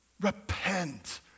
Repent